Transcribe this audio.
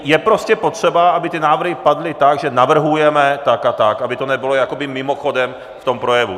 Je prostě potřeba, aby ty návrhy padly tak, že navrhujeme tak a tak, aby to nebylo jakoby mimochodem v tom projevu.